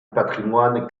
patrimoine